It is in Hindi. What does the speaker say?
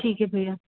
ठीक है भैया